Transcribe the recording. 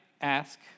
ask